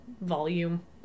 volume